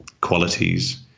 qualities